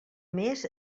més